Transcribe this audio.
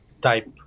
type